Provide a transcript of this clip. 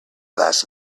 last